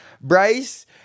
Bryce